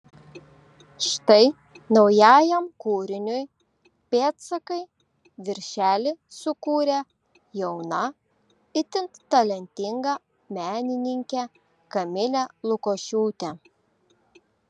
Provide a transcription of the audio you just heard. štai naujajam kūriniui pėdsakai viršelį sukūrė jauna itin talentinga menininkė kamilė lukošiūtė